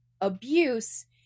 abuse